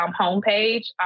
homepage